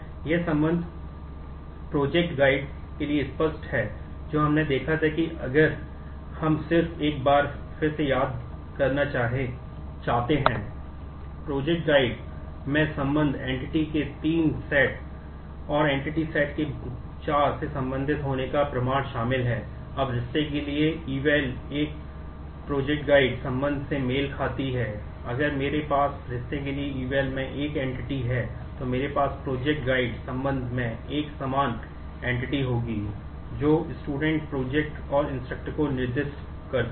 यह संबंध प्रोजेक्ट को निर्दिष्ट करती है